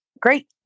great